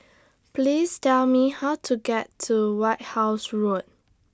Please Tell Me How to get to White House Road